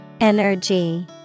Energy